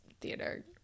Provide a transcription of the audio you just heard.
theater